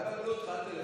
אל תלך.